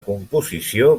composició